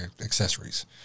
accessories